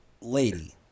lady